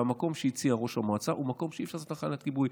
והמקום שהציע ראש המועצה הוא מקום שאי-אפשר לעשות בו תחנת כיבוי.